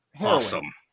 Awesome